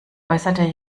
äußerte